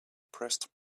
pressed